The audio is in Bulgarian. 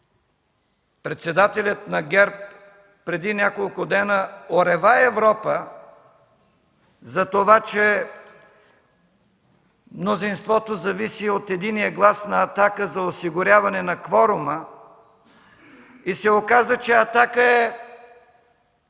Председателят на ГЕРБ преди няколко дни орева Европа затова, че мнозинството зависи от единия глас на „Атака” за осигуряване на кворума и се оказа, че „Атака” е